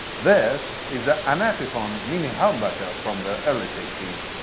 this is ah an epiphone mini-humbucker from the early sixty s,